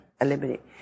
eliminate